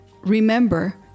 Remember